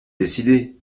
décider